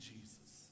Jesus